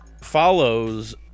follows